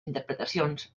interpretacions